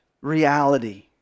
reality